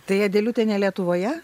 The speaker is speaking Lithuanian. tai adeliutė ne lietuvoje